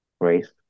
race